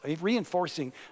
reinforcing